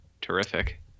Terrific